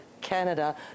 Canada